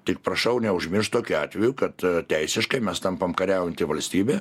tik prašau neužmiršt tokiu atveju kad teisiškai mes tampam kariaujanti valstybė